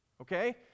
okay